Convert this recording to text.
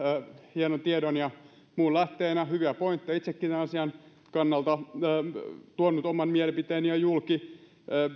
hienon tiedon ja muun lähteenä hyviä pointteja itsekin olen asian kannalta jo tuonut oman mielipiteeni julki